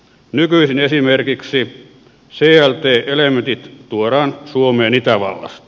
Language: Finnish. nykyisin esimerkiksi clt elementit tuodaan suomeen itävallasta